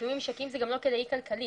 לפעמים ממשקים זה לא כדאי כלכלית.